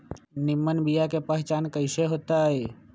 निमन बीया के पहचान कईसे होतई?